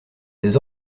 des